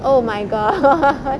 oh my god